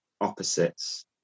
opposites